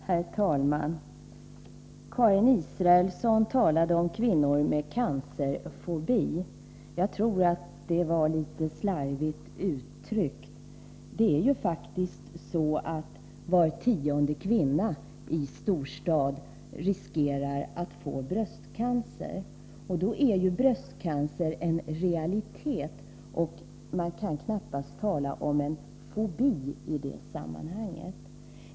Herr talman! Karin Israelsson talade om kvinnor med cancerfobi. Jag tror att det var litet slarvigt uttryckt. Det är ju faktiskt så att var tionde kvinna i storstad riskerar att få bröstcancer. Då är bröstcancer en realitet, och man kan knappast tala om en fobi i det sammanhanget.